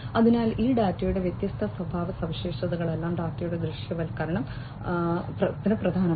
അതിനാൽ ഈ ഡാറ്റയുടെ വ്യത്യസ്ത സ്വഭാവ സവിശേഷതകളെല്ലാം ഡാറ്റയുടെ ദൃശ്യവൽക്കരണം പ്രധാനമാണ്